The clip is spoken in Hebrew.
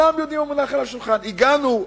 הגענו,